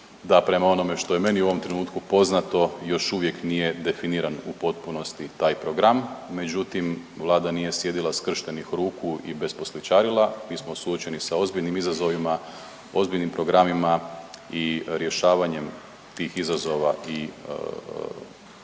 da prema onome što je meni u ovom trenutku poznato još uvijek nije definiran u potpunosti taj program, međutim Vlada nije sjedila skrštenih ruku i besposličarila, mi smo suočeni sa ozbiljnim izazovima, ozbiljnim programima i rješavanjem tih izazova i praktički